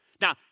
Now